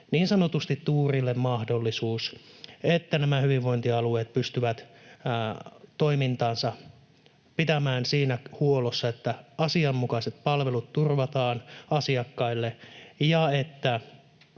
niin sanotusti tuurille mahdollisuus, että hyvinvointialueet pystyvät toimintansa pitämään siinä huollossa, että asianmukaiset palvelut turvataan asiakkaille ja että